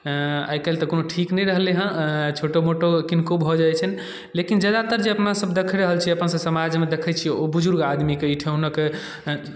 आइ काल्हि तऽ कोनो ठीक नहि रहलै हँ छोटो मोटो किनको भऽ जाइ छनि लेकिन ज्यादातर जे अपनासभ देख रहल छियै अपनसभके समाजमे देखै छियै ओ बुजुर्ग आदमीके ई ठेहुनक